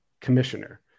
commissioner